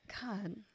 god